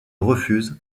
refuse